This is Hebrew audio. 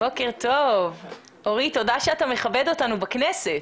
תודה שאתה מכבד אותנו בכנסת.